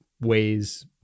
ways